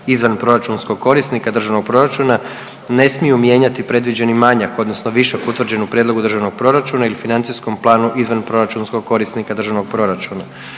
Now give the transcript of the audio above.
izvanproračunskog korisnika državnog proračuna, ne smiju mijenjati predviđeni manjak odnosno višak utvrđen u prijedlogu Državnog proračuna ili financijskom planu izvanproračunskog korisnika državnog proračuna.